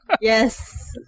Yes